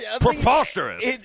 preposterous